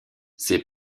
ses